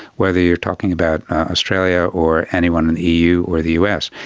whether you're talking about australia or anyone in the eu or the us.